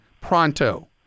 pronto